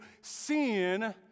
Sin